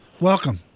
welcome